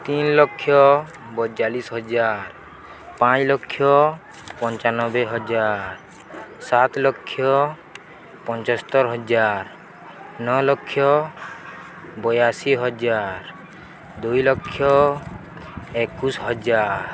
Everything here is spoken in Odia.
ତିନ ଲକ୍ଷ ପଇଁଚାଲିଶି ହଜାର ପାଞ୍ଚ ଲକ୍ଷ ପଞ୍ଚାନବେ ହଜାର ସାତ ଲକ୍ଷ ପଞ୍ଚସ୍ତରି ହଜାର ନଅ ଲକ୍ଷ ବୟାଅଶୀ ହଜାର ଦୁଇ ଲକ୍ଷ ଏକୋଇଶି ହଜାର